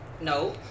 No